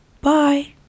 Bye